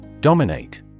Dominate